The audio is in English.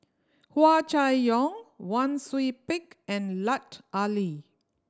Hua Chai Yong Wang Sui Pick and Lut Ali